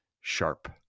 sharp